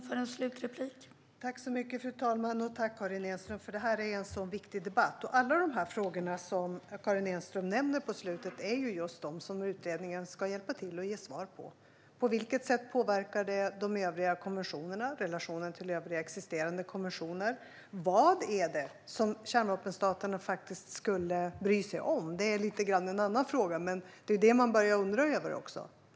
Fru talman! Tack, Karin Enström! Det här är en viktig debatt, och alla de frågor som Karin Enström tar upp på slutet är just de frågor som utredningen ska hjälpa till att ge svar på. På vilket sätt påverkar detta de övriga konventionerna och relationerna till övriga existerande konventioner? Vad är det som kärnvapenstaterna faktiskt skulle bry sig om? Det är lite grann en annan fråga, men det är det man börjar undra över.